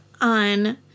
on